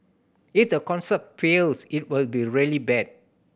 if the concept fails it will be really bad